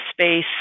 space